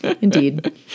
Indeed